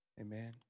Amen